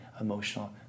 emotional